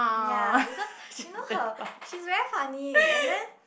ya because you know how she's very funny and then